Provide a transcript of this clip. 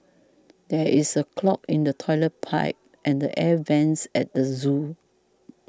there is a clog in the Toilet Pipe and Air Vents at the zoo